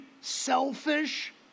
selfish